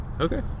Okay